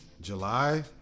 July